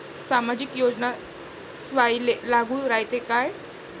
सामाजिक योजना सर्वाईले लागू रायते काय?